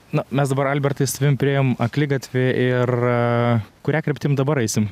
na mes dabar albertai su tavim priėjom akligatvį ir kuria kryptim dabar eisim